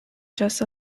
just